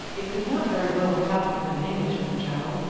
it could not very well have happened with an englishman, joe.